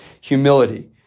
humility